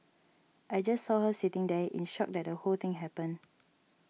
I just saw her sitting there in shock that the whole thing happened